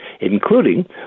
including